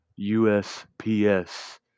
USPS